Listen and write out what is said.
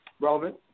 Relevant